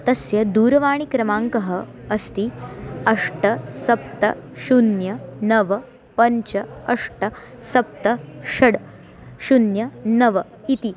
तस्य दूरवाणीक्रमाङ्कः अस्ति अष्ट सप्त शून्यं नव पञ्च अष्ट सप्त षड् शून्यं नव इति